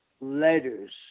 letters